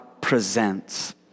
presents